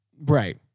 Right